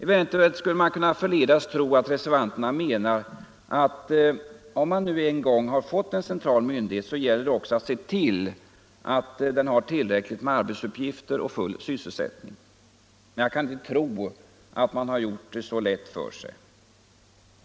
Eventuellt skulle man kunna förledas tro att reservanterna menar att om man nu en gång har fått en central myndighet, så gäller det också att se till att den har tillräckligt med arbetsuppgifter och full sysselsättning. Men jag kan inte tro att man har gjort det så lätt för sig.